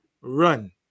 Run